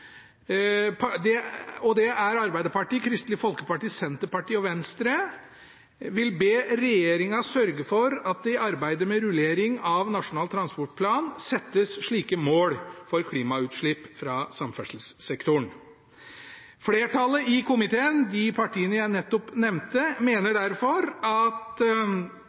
fra transportsektoren. Flertallet i komiteen, Arbeiderpartiet, Kristelig Folkeparti, Senterpartiet og Venstre, vil be regjeringen sørge for at det i arbeidet med rullering av Nasjonal transportplan settes slike mål for klimautslipp fra samferdselssektoren. Flertallet i komiteen, de partiene jeg nettopp nevnte, mener derfor at